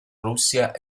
russia